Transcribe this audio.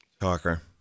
Talker